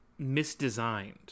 misdesigned